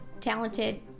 talented